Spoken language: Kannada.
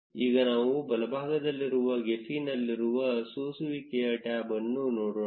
ಈಗ ನಾವು ಬಲಭಾಗದಲ್ಲಿರುವ ಗೆಫಿನಲ್ಲಿರುವ ಸೂಸುವಿಕೆಗಳ ಟ್ಯಾಬ್ ಅನ್ನು ನೋಡೋಣ